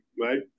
right